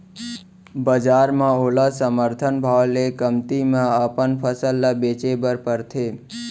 बजार म ओला समरथन भाव ले कमती म अपन फसल ल बेचे बर परथे